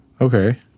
okay